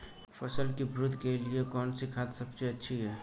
फसल की वृद्धि के लिए कौनसी खाद सबसे अच्छी है?